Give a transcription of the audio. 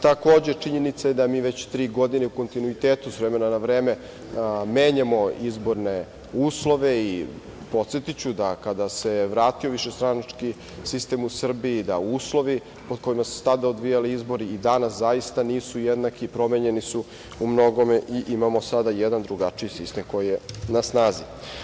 Takođe, činjenica je da mi već tri godine u kontinuitetu, s vremena na vreme, menjamo izborne uslove i podsetiću da kada se vratio višestranački sistem u Srbiji, da uslovi pod kojima su se tada odvijali izbori i danas zaista nisu jednaki, promenjeni su umnogome i imamo sada jedan drugačiji sistem koji je na snazi.